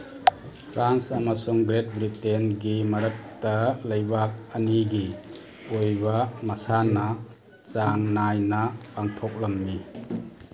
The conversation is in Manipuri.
ꯐ꯭ꯔꯥꯟꯁ ꯑꯃꯁꯨꯡ ꯒ꯭ꯔꯦꯠ ꯕ꯭ꯔꯤꯇꯦꯟꯒꯤ ꯃꯔꯛꯇ ꯂꯩꯕꯥꯛ ꯑꯅꯤꯒꯤ ꯑꯣꯏꯕ ꯃꯁꯥꯟꯅ ꯆꯥꯡ ꯅꯥꯏꯅ ꯄꯥꯡꯊꯣꯛꯂꯝꯃꯤ